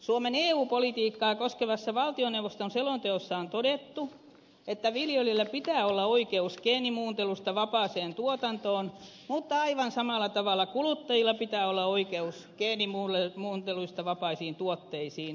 suomen eu politiikkaa koskevassa valtioneuvoston selonteossa on todettu että viljelijöillä pitää olla oikeus geenimuuntelusta vapaaseen tuotantoon mutta aivan samalla tavalla kuluttajilla pitää olla oikeus geenimuunteluista vapaisiin tuotteisiin